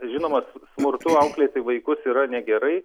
žinoma smurtu auklėti vaikus yra negerai